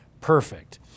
perfect